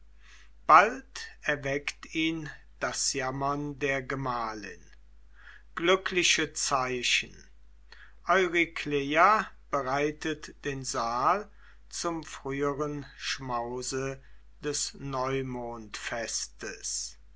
bald erweckt ihn das jammern der gemahlin glückliche zeichen eurykleia bereitet den saal zum früheren schmause des